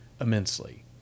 immensely